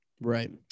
Right